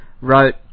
wrote